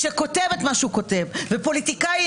ופוליטיקאי,